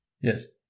Yes